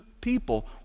people